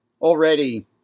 already